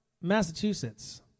Massachusetts